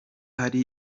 hari